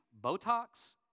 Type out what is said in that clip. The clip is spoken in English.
Botox